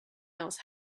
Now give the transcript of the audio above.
else